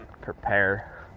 prepare